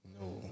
No